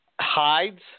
Hides